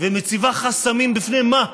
ומציבה חסמים, בפני מה?